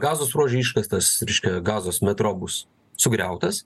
gazos ruože iškastas reiškia gazos metro bus sugriautas